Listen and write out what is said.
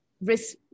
risk